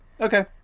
Okay